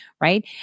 right